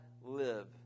live